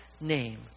name